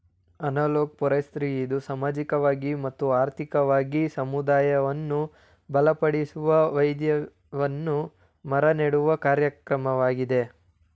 analog forestry ಇದು ಸಾಮಾಜಿಕವಾಗಿ ಮತ್ತು ಆರ್ಥಿಕವಾಗಿ ಸಮುದಾಯವನ್ನು ಬಲಪಡಿಸುವ, ವೈವಿಧ್ಯಮಯ ಮರ ನೆಡುವ ಕಾರ್ಯಕ್ರಮವಾಗಿದೆ